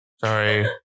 Sorry